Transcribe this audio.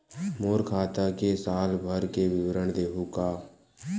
मोर खाता के साल भर के विवरण देहू का?